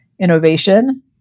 Innovation